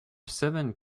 seven